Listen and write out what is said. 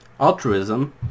Altruism